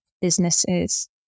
businesses